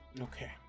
Okay